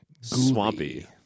swampy